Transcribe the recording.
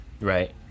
right